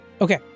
Okay